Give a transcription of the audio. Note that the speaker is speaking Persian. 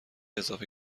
اضافه